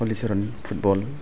Halisaran football